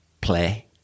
play